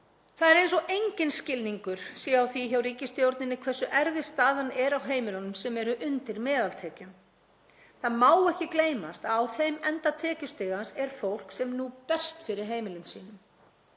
Það er eins og enginn skilningur sé á því hjá ríkisstjórninni hversu erfið staðan er á heimilum sem eru undir meðaltekjum. Það má ekki gleymast að á þeim enda tekjustigans er fólk sem nú berst fyrir heimilum sínum.